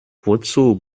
wozu